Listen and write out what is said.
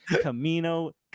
Camino